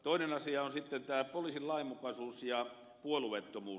toinen asia on poliisin lainmukaisuus ja puolueettomuus